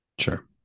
Sure